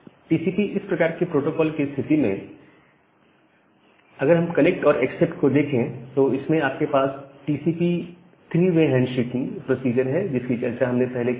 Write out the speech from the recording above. TCP इस प्रकार के प्रोटोकॉल की स्थिति में अगर हम कनेक्ट और एक्सेप्ट को देखें तो इसमें आपके पास TCP three way hand shaking procedure है जिसकी चर्चा हमने पहले की है